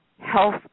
health